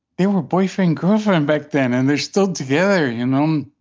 they were boyfriend girlfriend back then. and they're still together, you know? um